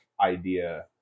idea